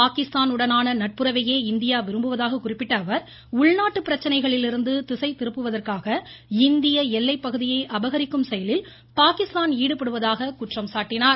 பாகிஸ்தானுடனான நட்புறவையே இந்தியா விரும்புவதாக குறிப்பிட்ட அவர் உள்நாட்டு பிரச்சினைகளிலிருந்து திசை திருப்புவதற்காக இந்திய எல்லை பகுதியை அபகரிக்கும் செயலில் பாகிஸ்தான் ஈடுபடுவதாக குற்றம் சாட்டினார்